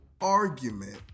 argument